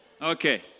Okay